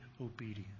obedience